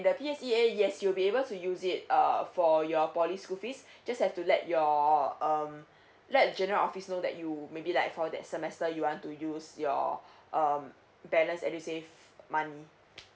the P_S_E_A yes you'll be able to use it err for your poly school fees just have to let your um let general office know that you maybe like for that semester you want to use your um balance edusave money